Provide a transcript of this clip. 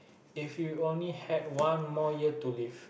if you only had one more year to live